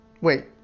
Wait